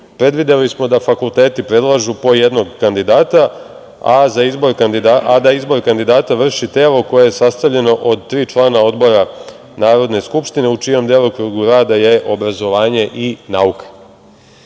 Predvideli smo da fakulteti predlažu po jednog kandidata, a da izbor kandidata vrši telo koje je sastavljeno od tri člana odbora Narodne skupštine u čijem delokrugu rada je obrazovanje i nauka. Članom